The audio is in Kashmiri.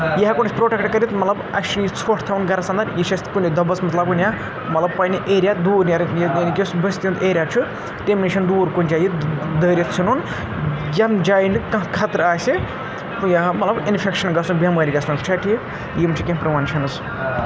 یہِ ہٮ۪کون أسۍ پرٛوٹکٹ کٔرِتھ مطلب اَسہِ چھِ یہِ ژھۄٹھ تھاوُن گرَس اندَر یہِ چھِ اَسہِ کُنہِ دۄبَس منٛز لَگاوُن یا مطلب پنٛنہِ ایریا دوٗر یعنی کہِ یُس بٔستی ہُنٛد ایریا چھُ تَمہِ نِش دوٗر کُنہِ جایہِ دٲرِتھ ژھٕنُن ییٚم جایہِ نہٕ کانٛہہ خطرٕ آسہِ تہٕ یا مطلب اِنفٮ۪کشَن گژھُن بٮ۪مارِ گژھن چھا ٹھیٖک یِم چھِ کینٛہہ پِرٛوٮ۪نشَنٕز